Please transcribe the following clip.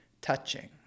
touching